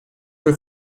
were